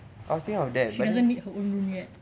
she doesn't need her own room yet